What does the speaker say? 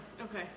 Okay